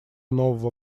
нового